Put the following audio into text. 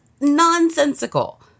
nonsensical